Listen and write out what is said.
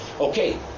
Okay